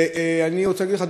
ואני רוצה להגיד לך,